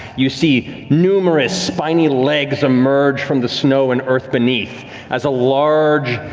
you see numerous, spiny legs emerge from the snow and earth beneath as a large,